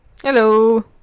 hello